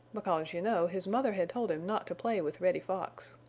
because you know, his mother had told him not to play with reddy fox.